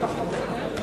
רבותי השרים,